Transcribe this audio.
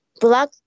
Black